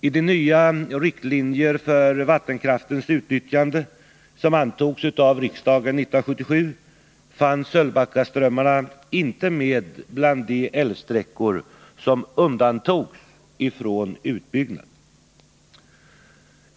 I de nya riktlinjer för vattenkraftens utnyttjande som antogs av riksdagen 1977 fanns Sölvbackaströmmarna inte med bland de älvsträckor som undantogs från utbyggnad.